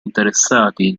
interessati